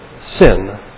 sin